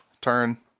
turn